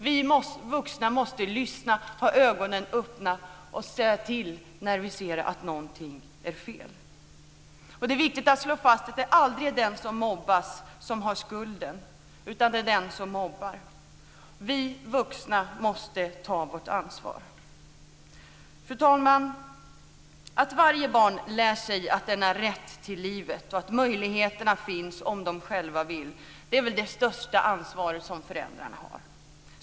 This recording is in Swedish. Vi vuxna måste lyssna, ha ögonen öppna och säga till när vi ser att någonting är fel. Det är viktigt att slå fast att det aldrig är den som mobbas som har skulden, utan det är den som mobbar. Vi vuxna måste ta vårt ansvar. Fru talman! Att varje barn lär sig denna rätt till livet och att möjligheterna finns om de själva vill, är väl det största ansvar som föräldrarna har.